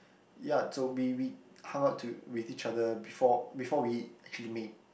ya so we we hung out to with each other before before we actually meet